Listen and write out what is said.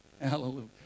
Hallelujah